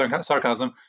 sarcasm